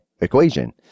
equation